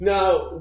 Now